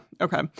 okay